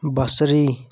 بصری